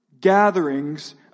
gatherings